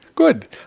Good